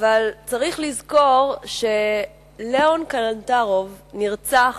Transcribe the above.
אבל צריך לזכור שלאון קלנטרוב נרצח